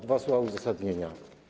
Dwa słowa uzasadnienia.